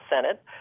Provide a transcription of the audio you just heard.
Senate